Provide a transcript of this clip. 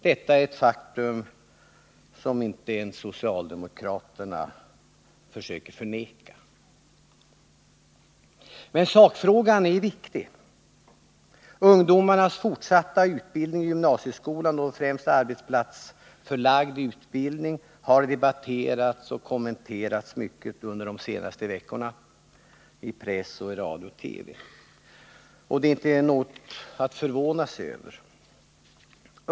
Detta är ett faktum som inte ens socialdemokraterna försöker förneka. Men sakfrågan är viktig. Ungdomarnas fortsatta utbildning i gymnasieskolan och i arbetsplatsförlagd utbildning har debatterats och kommenterats mycket under de senaste veckorna i press, radio och TV. Och det är inte någonting att förvånas över.